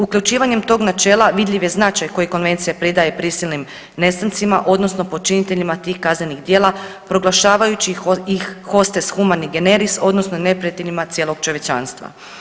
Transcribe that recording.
Uključivanjem tog načela vidljiv je značaj koji Konvencija pridaje prisilnim nestancima, odnosno počiniteljima tih kaznenih djela, proglašavajući ih hostes humani generis, odnosno neprijateljima cijeloga čovječanstva.